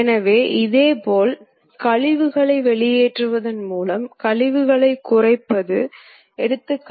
எனவே I மற்றும் J ஆகியவை வட்டத்தின் ஒருங்கிணைப்பைக் கொடுக்கும்